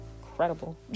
incredible